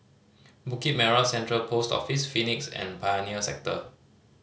Bukit Merah Central Post Office Phoenix and Pioneer Sector